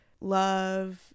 love